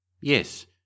Yes